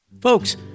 Folks